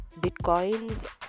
bitcoins